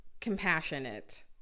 compassionate